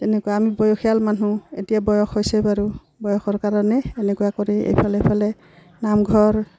তেনেকুৱা আমি বয়সীয়াল মানুহ এতিয়া বয়স হৈছে বাৰু বয়সৰ কাৰণে এনেকুৱা কৰি এইফালে সিফালে নামঘৰ